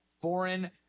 foreign